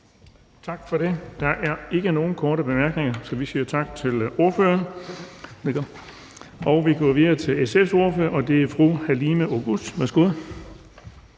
Tak for det. Der er ikke nogen korte bemærkninger, så vi siger tak til ordføreren. Vi går videre til SF's ordfører, og det er fru Halime Oguz. Værsgo.